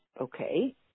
Okay